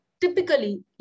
typically